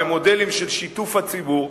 במודלים של שיתוף הציבור,